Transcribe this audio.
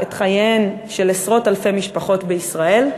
את חייהן של עשרות אלפי משפחות בישראל.